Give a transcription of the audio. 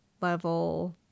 level